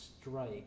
strike